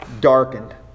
darkened